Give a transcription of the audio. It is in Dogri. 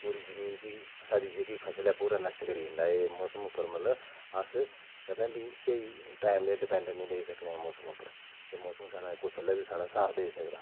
जमीन गी साढ़ी जेह्की फसल ऐ पूरा नष्ट करी जंदा एह् मौसम उप्पर मतलब अस कदें बी स्हेई टाईम पर डिपैंड नीं रेही सकने एह् मौसम कुसलै बी साढ़ा साथ देई सकदा